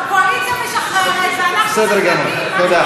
הקואליציה משחררת ואנחנו, בסדר גמור.